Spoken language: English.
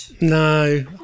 No